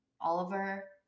oliver